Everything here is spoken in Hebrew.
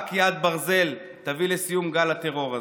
רק יד ברזל תביא לסיום גל הטרור הזה.